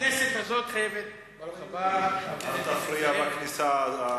ברוך הבא, חבר הכנסת נסים זאב.